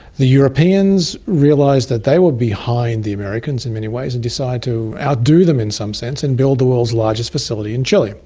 the europeans realised that they were behind the americans in many ways and decided to outdo them in some sense and build the world's largest facility in chile.